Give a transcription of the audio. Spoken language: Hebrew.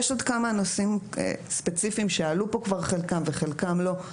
יש עוד כמה נושאים ספציפיים שעלו פה כבר חלקם וחלקם לא,